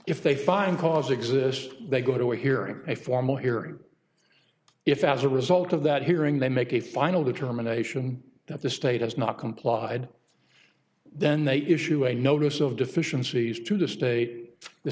if they find cause exist they go to a hearing a formal hearing if as a result of that hearing they make a final determination that the state has not complied then they issue a notice of deficiencies to the state the